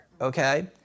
okay